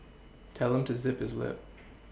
tell him to zip his lip